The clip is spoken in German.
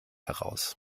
heraus